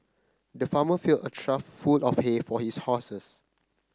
the farmer filled a trough full of hay for his horses